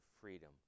freedom